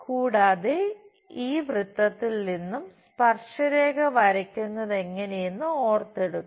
കൂടാതെ ഈ വൃത്തത്തിൽ നിന്നും സ്പർശരേഖ വരക്കുന്നതെങ്ങനെയെന്ന് ഓർത്തെടുക്കുക